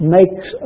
makes